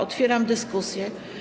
Otwieram dyskusję.